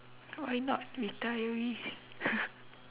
why not retirees